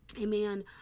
Amen